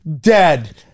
dead